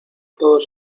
todos